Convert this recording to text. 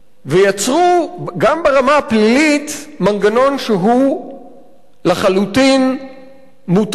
ויצרו גם ברמה הפלילית מנגנון שהוא לחלוטין מוטרף.